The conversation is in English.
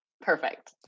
Perfect